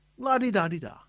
La-di-da-di-da